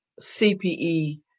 CPE